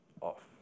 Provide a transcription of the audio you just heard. off